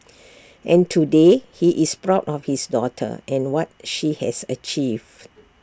and today he is proud of his daughter and what she has achieved